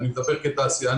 אני מדבר כתעשיינים.